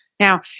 Now